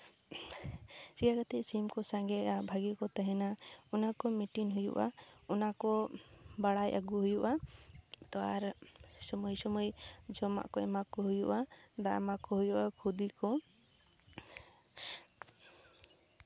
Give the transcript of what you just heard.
ᱪᱮᱠᱟᱹ ᱠᱟᱛᱮ ᱥᱤᱢ ᱠᱚ ᱥᱟᱸᱜᱮᱜᱼᱟ ᱵᱷᱟᱹᱜᱮ ᱠᱚ ᱛᱟᱦᱮᱱᱟ ᱚᱱᱟ ᱠᱚ ᱢᱤᱴᱤᱱ ᱦᱩᱭᱩᱜᱼᱟ ᱚᱱᱟ ᱠᱚ ᱵᱟᱲᱟᱭ ᱟᱹᱜᱩ ᱦᱩᱭᱩᱜᱼᱟ ᱛᱚ ᱟᱨ ᱥᱚᱢᱚᱭ ᱥᱚᱢᱚᱭ ᱡᱚᱢᱟᱜ ᱠᱚ ᱮᱢᱟ ᱠᱚ ᱦᱩᱭᱩᱜᱼᱟ ᱫᱟᱜ ᱮᱢᱟᱠᱚ ᱦᱩᱭᱩᱜᱼᱟ ᱠᱷᱩᱫᱤ ᱠᱚ